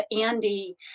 Andy